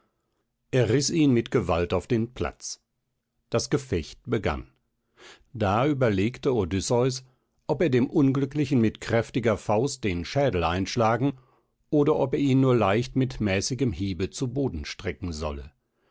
er riß ihn mit gewalt auf den platz das gefecht begann da überlegte odysseus ob er dem unglücklichen mit kräftiger faust den schädel einschlagen oder ob er ihn nur leicht mit mäßigem hiebe zu boden strecken solle